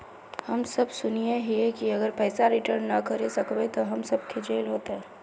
हम सब सुनैय हिये की अगर पैसा रिटर्न ना करे सकबे तो हम सब के जेल होते?